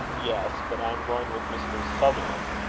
yes but i am going with mr. sutherland,